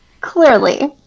Clearly